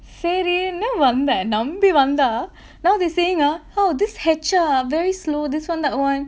சரின்னு வந்தே நம்பி வந்தா:sarinu vanthae nambi vanthaa now they saying ah oh this hatcher very slow this one that one